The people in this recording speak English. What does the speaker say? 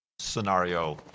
Scenario